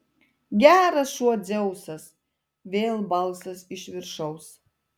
geras šuo dzeusas vėl balsas iš viršaus